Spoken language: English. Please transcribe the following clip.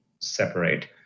separate